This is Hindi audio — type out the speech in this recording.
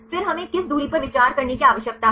फिर हमें किस दूरी पर विचार करने की आवश्यकता है